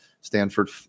Stanford